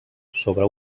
sobre